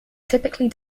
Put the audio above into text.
typically